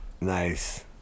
Nice